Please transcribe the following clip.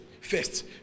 first